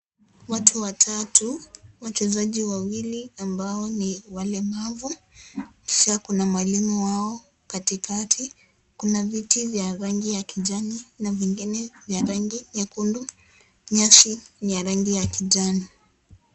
Watu watatu, wachezaji wawili ambao ni walemavu, pia kuna mwalimu wao katikati, kuna viti vya rangi ya kijani na vingine vya rangi nyekundu, nyasi ni ya rangi ya kijani.